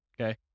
okay